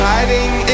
Hiding